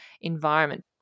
environment